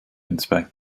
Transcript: inspect